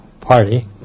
party